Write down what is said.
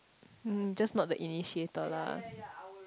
um just not the initiator lah